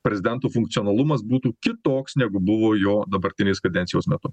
prezidentų funkcionalumas būtų kitoks negu buvo jo dabartinės kadencijos metu